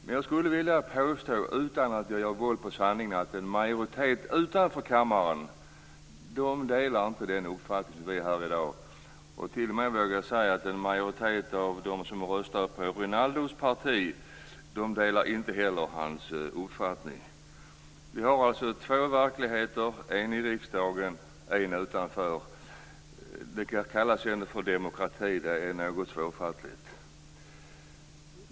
Men utan att göra våld på sanningen skulle jag vilja påstå att en majoritet utanför kammaren inte delar den uppfattning som finns här i dag. Jag vågar t.o.m. säga att en majoritet av de som röstat på Rinaldo Karlssons parti inte heller delar hans uppfattning. Vi har alltså två verkligheter - en i riksdagen, och en utanför. Det kallas ändå för demokrati. Det är något svårfattligt.